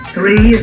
Three